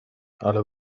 ale